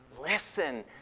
Listen